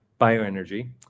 bioenergy